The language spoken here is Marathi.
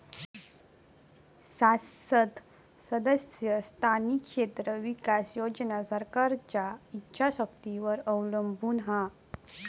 सांसद सदस्य स्थानिक क्षेत्र विकास योजना सरकारच्या ईच्छा शक्तीवर अवलंबून हा